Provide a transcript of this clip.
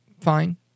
Fine